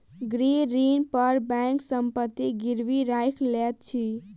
गृह ऋण पर बैंक संपत्ति गिरवी राइख लैत अछि